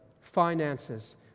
finances